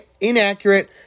inaccurate